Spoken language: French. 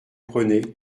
prenez